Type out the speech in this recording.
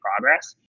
progress